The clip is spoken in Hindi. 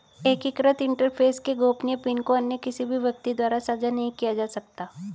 एकीकृत इंटरफ़ेस के गोपनीय पिन को अन्य किसी भी व्यक्ति द्वारा साझा नहीं किया जा सकता